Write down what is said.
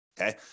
okay